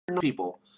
people